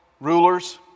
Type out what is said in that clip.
rulers